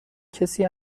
کسی